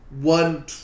one